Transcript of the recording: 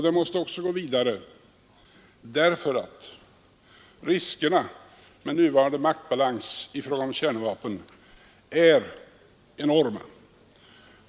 Det måste också gå vidare därför att riskerna med nuvarande maktbalans i fråga om kärnvapen är enorma.